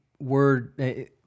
word